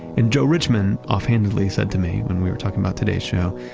and joe richman, offhandedly said to me when we were talking about today's show,